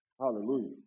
Hallelujah